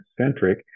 centric